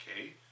Okay